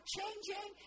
changing